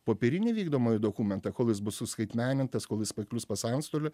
popierinį vykdomąjį dokumentą kol jis bus suskaitmenintas kol jis paklius pas antstolį